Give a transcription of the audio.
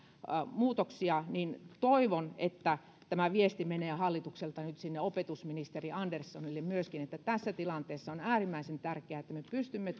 muutoksia niin toivon että tämä viesti nyt menee hallitukselta myöskin sinne opetusministeri anderssonille että tässä tilanteessa on äärimmäisen tärkeää että me nyt pystymme